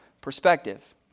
perspective